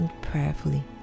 prayerfully